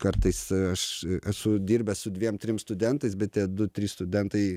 kartais aš esu dirbęs su dviem trim studentais bet tie du trys studentai